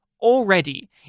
already